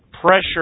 pressure